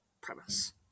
premise